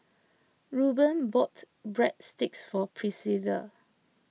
Ruben bought Breadsticks for Priscilla